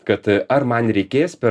kad ar man reikės per